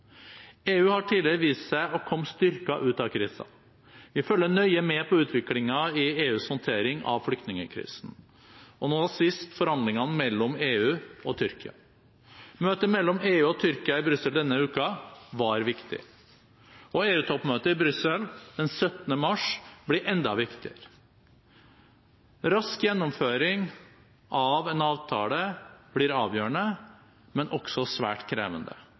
EU har tidligere vist seg å komme styrket ut av kriser. Vi følger nøye med på utviklingen i EUs håndtering av flyktningkrisen og nå sist forhandlingene mellom EU og Tyrkia. Møtet mellom EU og Tyrkia i Brussel denne uken var viktig, og EU-toppmøtet i Brussel den 17. mars blir enda viktigere. Rask gjennomføring av en avtale blir avgjørende, men også svært krevende,